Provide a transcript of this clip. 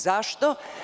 Zašto?